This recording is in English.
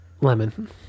Lemon